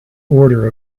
order